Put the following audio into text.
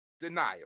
denial